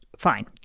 Fine